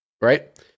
Right